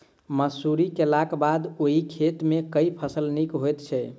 मसूरी केलाक बाद ओई खेत मे केँ फसल नीक होइत छै?